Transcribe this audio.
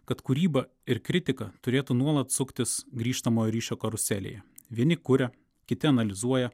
kad kūryba ir kritika turėtų nuolat suktis grįžtamojo ryšio karuselėje vieni kuria kiti analizuoja